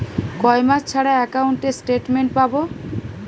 কয় মাস ছাড়া একাউন্টে স্টেটমেন্ট পাব?